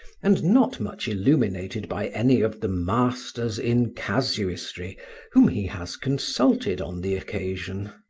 and not much illuminated by any of the masters in casuistry whom he has consulted on the occasion.